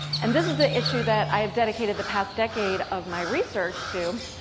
and this is the issue that i have dedicated the past decade of my research to.